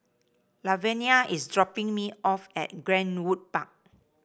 Lavenia is dropping me off at Greenwood Bar